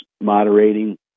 moderating